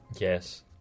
Yes